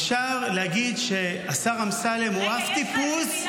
אפשר להגיד שהשר אמסלם הוא אב טיפוס -- רגע,